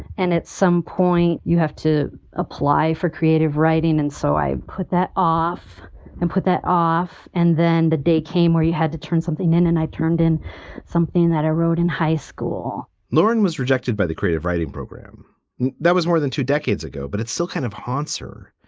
and at some point you have to apply for creative writing. and so i put that off and put that off. and then the day came where you had to turn something in and i turned in something that i wrote in high school lauren was rejected by the creative writing program that was more than two decades ago, but it's still kind of answer.